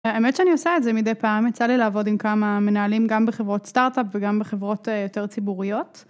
האמת שאני עושה את זה מדי פעם, יצא לי לעבוד עם כמה מנהלים גם בחברות סטארט-אפ וגם בחברות יותר ציבוריות.